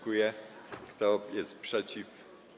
Kto jest przeciw?